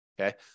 Okay